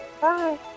Bye